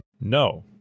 no